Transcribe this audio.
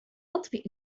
أطفئ